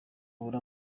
abure